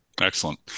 Excellent